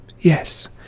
Yes